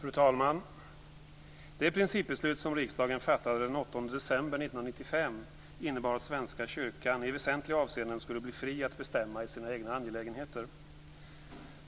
Fru talman! Det principbeslut som riksdagen fattade den 8 december 1995 innebar att Svenska kyrkan i väsentliga avseenden skulle bli fri att bestämma i sina egna angelägenheter.